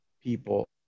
people